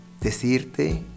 decirte